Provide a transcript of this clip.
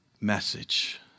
message